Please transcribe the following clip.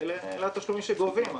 אלה התשלומים שגובים.